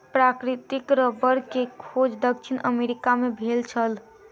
प्राकृतिक रबड़ के खोज दक्षिण अमेरिका मे भेल छल